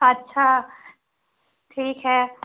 अच्छा ठीक है